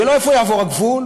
זה לא איפה יעבור הגבול.